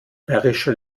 bayerischer